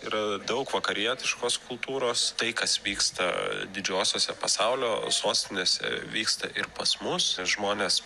yra daug vakarietiškos kultūros tai kas vyksta didžiosiose pasaulio sostinėse vyksta ir pas mus žmonės